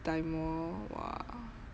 time orh !wah!